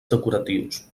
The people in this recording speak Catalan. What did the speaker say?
decoratius